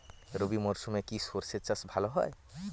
রবি মরশুমে কি সর্ষে চাষ ভালো হয়?